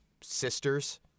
sisters